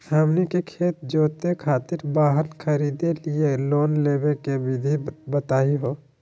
हमनी के खेत जोते खातीर वाहन खरीदे लिये लोन लेवे के विधि बताही हो?